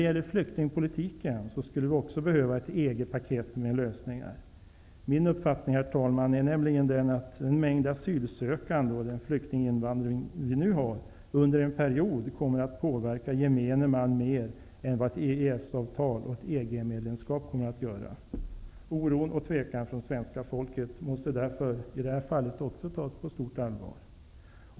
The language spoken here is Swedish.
Också flyktingpolitiken skulle behöva ett ''EG paket'' med lösningar. Min uppfattning, herr talman, är nämligen den att den mängd asylsökande och den flyktinginvandring vi nu har kommer att under en period påverka gemene man mer än vad ett EES-avtal och ett EG-medlemskap kommer att göra. Oron och tvekan från svenska folket måste därför även i detta fall tas på stort allvar.